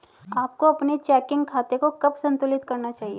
आपको अपने चेकिंग खाते को कब संतुलित करना चाहिए?